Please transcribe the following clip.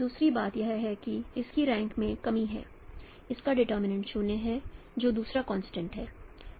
दूसरी बात यह है कि इसकी रैंक में कमी है इसका डीटर्मिनंट 0 है जो दूसरा कॉन्स्टेंट है